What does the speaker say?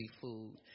food